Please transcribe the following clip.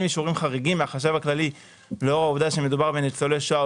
אישורים חריגים מהחשב הכללי לאור העובדה שמדובר בניצולי שואה,